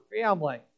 family